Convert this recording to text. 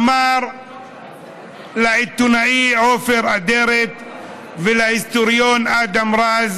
אמר לעיתונאי עופר אדרת ולהיסטוריון אדם רז